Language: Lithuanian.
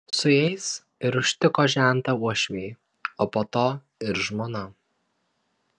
su jais ir užtiko žentą uošviai o po to ir žmona